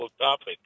topic